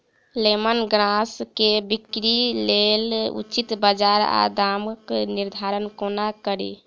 Lemon grass केँ बिक्रीक लेल उचित बजार आ दामक निर्धारण कोना कड़ी?